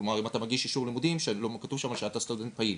כלומר אם אתה מגיש אישור לימודים שלא כתוב שם שאתה סטודנט פעיל,